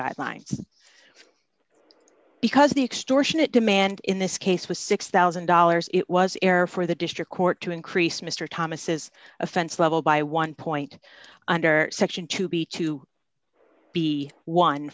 guidelines because the extortionate demand in this case was six thousand dollars it was error for the district court to increase mister thomas offense level by one point under section two b to b one